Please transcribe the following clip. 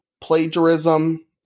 plagiarism